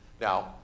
Now